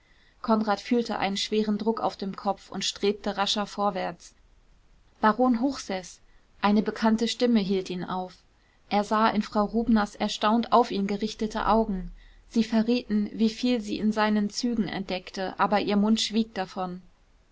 konrad fühlte einen schweren druck auf dem kopf und strebte rascher vorwärts baron hochseß eine bekannte stimme hielt ihn auf er sah in frau rubners erstaunt auf ihn gerichtete augen sie verrieten wie viel sie in seinen zügen entdeckten aber ihr mund schwieg davon